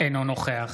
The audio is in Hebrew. אינו נוכח